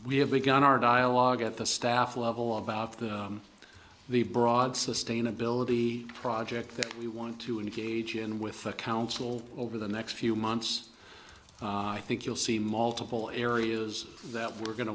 we have begun our dialogue at the staff level of about the the broad sustainability project that we want to engage in with the council over the next few months i think you'll see multiple areas that we're going